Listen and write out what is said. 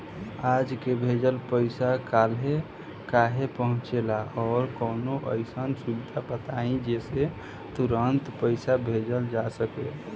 आज के भेजल पैसा कालहे काहे पहुचेला और कौनों अइसन सुविधा बताई जेसे तुरंते पैसा भेजल जा सके?